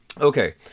Okay